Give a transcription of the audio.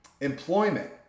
employment